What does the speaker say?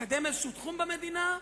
לקדם איזה תחום במדינה?